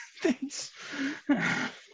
Thanks